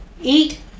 Eat